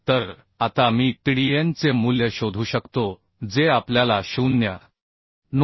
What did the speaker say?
तर आता मी TDN चे मूल्य शोधू शकतो जे आपल्याला 0